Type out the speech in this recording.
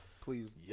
Please